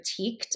critiqued